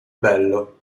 bello